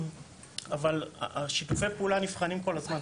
אבל שיתופי הפעולה נבחנים כל הזמן,